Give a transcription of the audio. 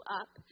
up